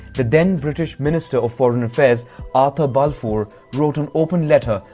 the then-british minister of foreign affairs arthur balfour wrote an open letter,